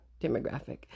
demographic